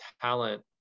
talent